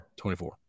24